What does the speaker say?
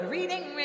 Reading